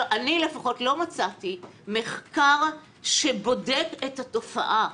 אני לפחות לא מצאתי מחקר שבודק את התופעה,